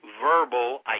verbal